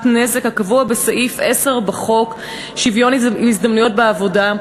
נזק הקבוע בסעיף 10 בחוק שוויון ההזדמנויות בעבודה,